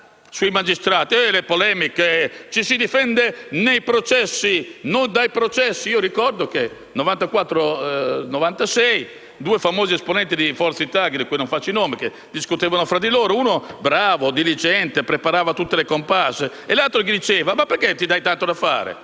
sui magistrati? Altro che polemiche sul «ci si difende nei processi, non dai processi». Ricordo che nel 1994-1996, due famosi esponenti di Forza Italia, di cui non faccio il nome, discutevano tra di loro, uno bravo, diligente, preparava tutte le comparse e l'altro che gli diceva: «Ma perché ti dai tanto da fare?